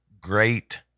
great